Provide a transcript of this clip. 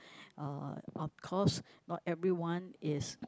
uh of course not everyone is